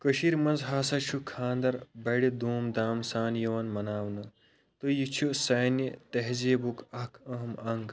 کٔشیٖرِ مَنٛز ہَسا چھُ خانٛدر بَڑِ دوٗم دام سان یوان مناونہٕ تہٕ یہِ چھُ سانہِ تہذیٖبُک اکھ أہم انٛگ